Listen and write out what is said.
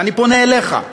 ואני פונה אליך,